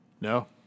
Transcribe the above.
No